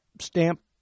stamp